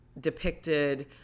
depicted